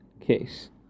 case